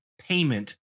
payment